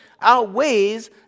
outweighs